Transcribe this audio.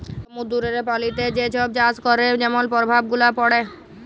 সমুদ্দুরের পলিতে যে ছব চাষ ক্যরে যেমল পরভাব গুলা পড়ে